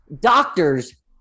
Doctors